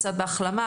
קצת בהחלמה,